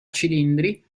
cilindri